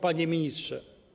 Panie Ministrze!